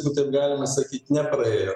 jeigu taip galima sakyt nepraėjo